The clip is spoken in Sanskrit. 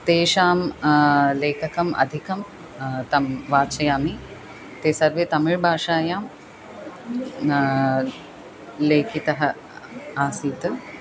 तेषां लेखनम् अधिकं तं वाचयामि ते सर्वे तमिळ्भाषायां लेखिताः आसीत्